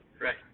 Right